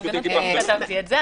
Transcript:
אני כתבתי את זה,